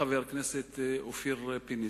חבר הכנסת אופיר פינס-פז.